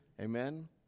Amen